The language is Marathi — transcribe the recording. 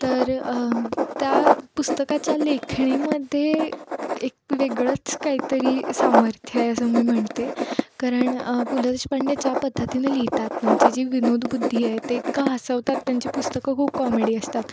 तर त्या पुस्तकाच्या लेखणीमध्ये एक वेगळंच काहीतरी सामर्थ्य आहे असं मी म्हणते कारण पु ल देशपांडे ज्या पद्धतीने लिहितात त्यांची जी विनोदबुद्धी आहे ते इतकं हसवतात त्यांची पुस्तकं खूप कॉमेडी असतात